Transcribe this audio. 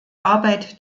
arbeit